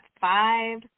five